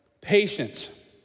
patience